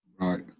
Right